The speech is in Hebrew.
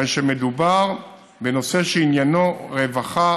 הרי מדובר בנושא שעניינו רווחה,